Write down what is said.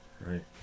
right